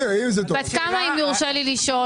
בת כמה, אם יורשה לי לשאול?